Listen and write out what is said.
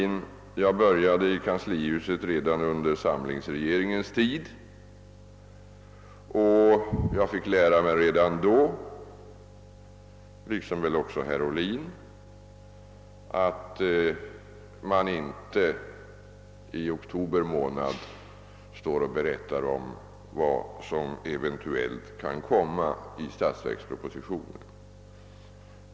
Men jag började arbeta i kanslihuset redan under samlingsregeringens tid, och jag fick redan då lära mig — vilket väl också herr Ohlin har fått göra — att man inte i oktober månad berättar om vad som eventuellt kommer att skrivas i statsverkspropositionen.